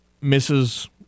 Misses